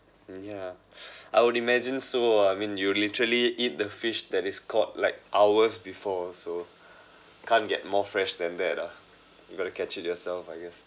yeah I would imagine so ah I mean you literally eat the fish that is caught like hours before so can't get more fresh than that ah you got to catch it yourself I guess